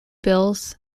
bills